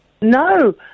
No